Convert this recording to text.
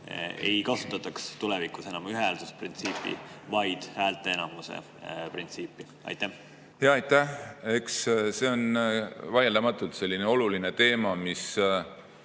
ei kasutataks tulevikus enam ühehäälsuse printsiipi, vaid häälteenamuse printsiipi? Aitäh! Eks see on vaieldamatult selline oluline teema, mis